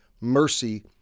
Mercy